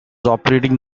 operating